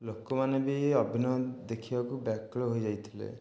ଲୋକମାନେ ବି ଅଭିନୟ ଦେଖିବାକୁ ବ୍ୟାକୁଳ ହୋଇଯାଇଥିଲେ